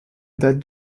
date